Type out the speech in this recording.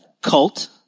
Cult